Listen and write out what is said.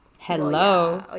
Hello